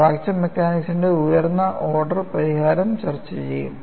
fracture മെക്കാനിക്സിനുള്ള ഉയർന്ന order പരിഹാരം ചർച്ച ചെയ്യും